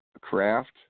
craft